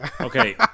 Okay